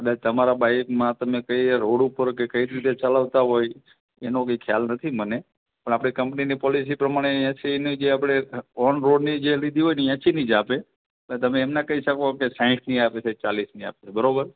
કદાચ તમારા બાઇકમાં તમે કયા રોડ ઉપર કે કઈ રીતે ચલાવતા હોય એનો બી ખ્યાલ નથી મને પણ આપણી કંપનીની પોલીસી પ્રમાણે એંશીની જે આપણે ઑન રોડની જે લીધી હોય ને એ એંશીની જ આપે તો તમે એમ ના કહી શકો કે સાઠની આપે છે ચાળીસની આપે છે બરાબર